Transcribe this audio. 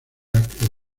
jacques